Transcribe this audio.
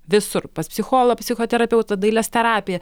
visur pas psicholo psichoterapeutą dailės terapiją